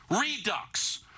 redux